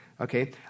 okay